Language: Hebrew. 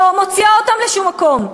לא מוציאה אותם לשום מקום?